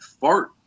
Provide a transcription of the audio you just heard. fart